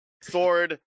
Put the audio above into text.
Sword